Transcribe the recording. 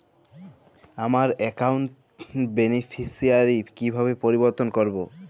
আমার অ্যাকাউন্ট র বেনিফিসিয়ারি কিভাবে পরিবর্তন করবো?